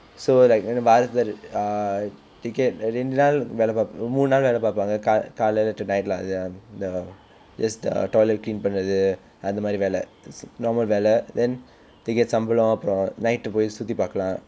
so like வாரத்தில இரண்:vaaratthila iran ah ticket இரண்டு நாள் வேலை பார்ப் மூன்று நாள் வேலை பார்ப்பாங்க கா காலையில:irandu naal velai paarp mundru naal velai paarppaanga kaa kaalyila to night lah the just the toilet clean பண்றது அந்த மாதிரி வேலை:pandrathu antha maathiri velai normal வேலை:velai then they get சம்பளம் அப்புறம்:sambalam appuram night போய் சுற்றி பார்க்கலாம்:poi sutri paarkkalaam